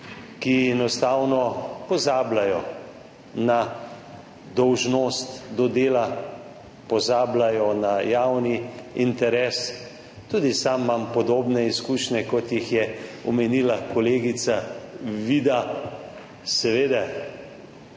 ki enostavno pozabljajo na dolžnost do dela, pozabljajo na javni interes. Tudi sam imam podobne izkušnje, kot jih je omenila kolegica Vida. Seveda,